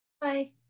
Bye